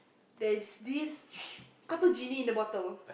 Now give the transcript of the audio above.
there is this genie in the bottle